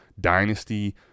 dynasty